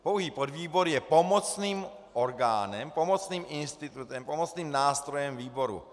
Pouhý podvýbor je pomocným orgánem, pomocným institutem, pomocným nástrojem výboru.